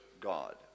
God